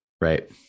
right